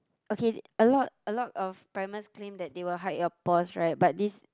okay a lot a lot of primers claims that they will hide your pores right but this